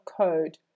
code